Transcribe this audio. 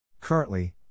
Currently